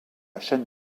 chaîne